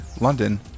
London